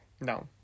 No